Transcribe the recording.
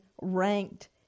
ranked